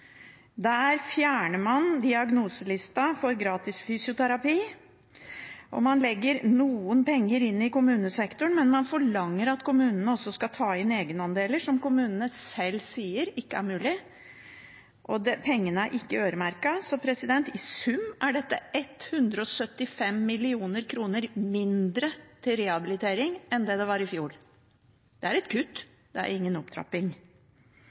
Der fjerner man diagnoselista for gratis fysioterapi. Man legger noen penger inn i kommunesektoren, men man forlanger at kommunene skal ta inn egenandeler som kommunene selv sier ikke er mulig, og pengene er ikke øremerket. Så i sum er dette 175 mill. kr mindre til rehabilitering enn i fjor. Det er et kutt, det er ingen opptrapping.